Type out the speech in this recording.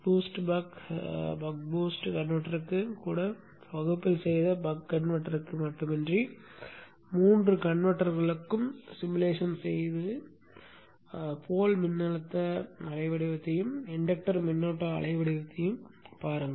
BOOST buck BOOST கன்வெர்ட்டருக்கு கூட வகுப்பில் செய்த பக் கன்வெர்ட்டருக்கு மட்டுமின்றி மூன்று கன்வெர்ட்டர்களுக்கும் சிமுலேஷன் செய்து போல் மின்னழுத்த அலைவடிவத்தையும் இன்டக்டர் மின்னோட்ட அலைவடிவத்தையும் பாருங்கள்